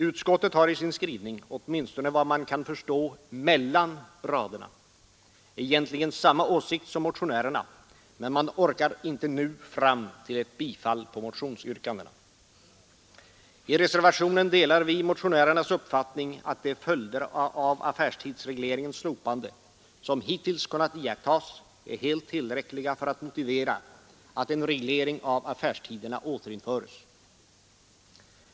Utskottet har i sin skrivning, åtminstone vad man kan förstå mellan raderna, egentligen samma åsikt som motionärerna men man orkar inte nu fram till ett bifall till motionsyrkandena. I reservationen delar vi motionärernas uppfattning att de följder av affärstidsregleringens slopande som hittills kunnat iakttas är helt tillräckliga för att motivera att en reglering av affärstiderna återinföres.